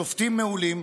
שופטים מעולים,